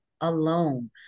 alone